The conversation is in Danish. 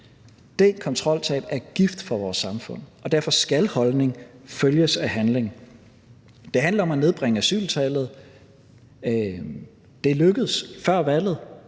Det kontroltab er gift for vores samfund, og derfor skal holdning følges af handling. Det handler om at nedbringe asyltallet. Det lykkedes før valget,